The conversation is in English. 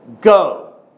Go